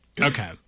Okay